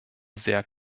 sehr